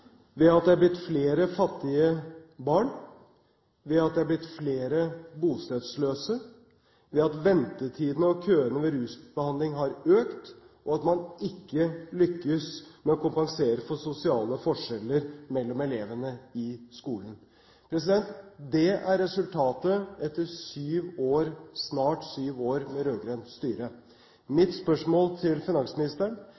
ved rusbehandling har økt, og man har ikke lyktes med å kompensere for sosiale forskjeller mellom elevene i skolen. Det er resultatet etter snart syv år med rød-grønt styre.